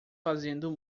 fazendo